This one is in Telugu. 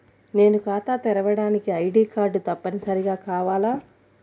నేను ఖాతా తెరవడానికి ఐ.డీ కార్డు తప్పనిసారిగా కావాలా?